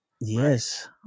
Yes